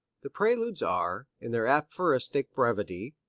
the preludes are, in their aphoristic brevity,